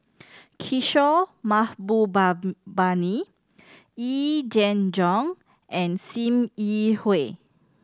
Kishore Mahbuba bani Yee Jenn Jong and Sim Yi Hui